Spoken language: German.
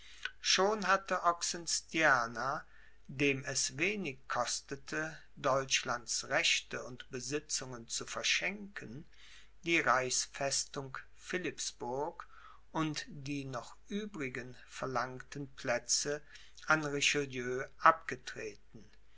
schon hatte oxenstierna dem es wenig kostete deutschlands rechte und besitzungen zu verschenken die reichsfestung philippsburg und die noch übrigen verlangten plätze an richelieu abgetreten